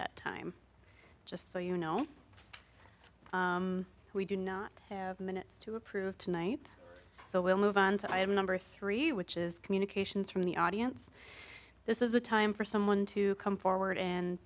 that time just so you know we do not have minutes to approve tonight so we'll move on to i am number three which is communications from the audience this is a time for someone to come forward and